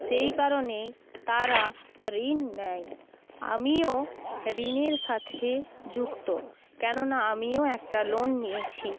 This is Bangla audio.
সেই কারণেই তারা ঋণ নেয় আমিও ঋণের সাথে যুক্ত কেননা আমিও একটা লোন নিয়েছি